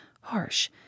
harsh